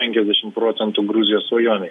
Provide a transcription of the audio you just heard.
penkiasdešim procentų gruzijos svajonei